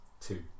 Two